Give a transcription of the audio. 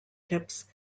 tips